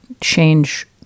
change